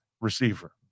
receiver